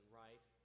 right